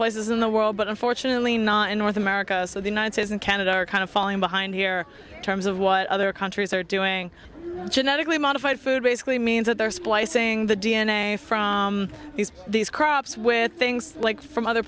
places in the world but unfortunately not in north america so the united states and canada are kind of falling behind here terms of what other countries are doing genetically modified food basically means that they're splicing the d n a from these crops with things like from other